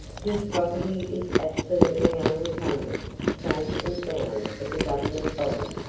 his property is absolutely unencumbered safe and sound as a government bond.